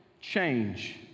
change